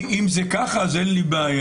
אם זה ככה, אז אין לי בעיה.